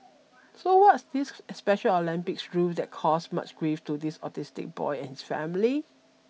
so what's this Special Olympics rule that caused much grief to this autistic boy and his family